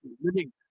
living